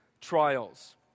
trials